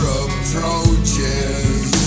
approaches